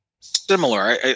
Similar